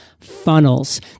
funnels